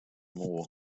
more